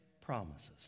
promises